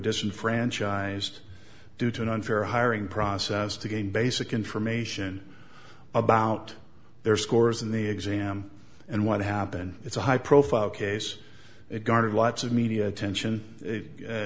disenfranchised due to an unfair hiring process to gain basic information about their scores in the exam and what happened it's a high profile case it garnered lots of media attention